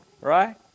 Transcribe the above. right